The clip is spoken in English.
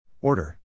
Order